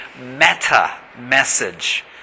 meta-message